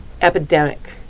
epidemic